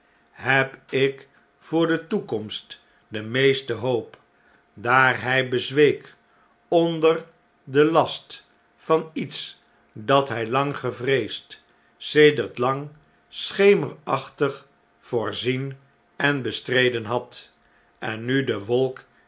heb ik voor de toekomst de meeste hoop daar hh bezweek onder den last van iets dat hy lang gevreesd sedert lang schemerachtig voorzien en bestreden had en nu de wolk